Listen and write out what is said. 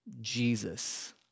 Jesus